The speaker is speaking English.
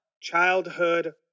Childhood